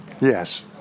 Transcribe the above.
Yes